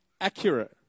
accurate